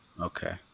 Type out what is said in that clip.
Okay